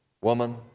woman